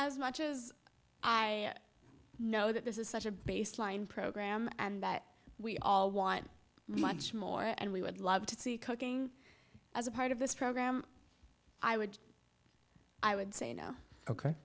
as much as i know that this is such a baseline program and that we all want much more and we would love to see cooking as a part of this program i would i would say you know ok